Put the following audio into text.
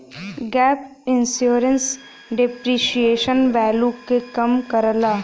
gap insurance depreciation value क कम करला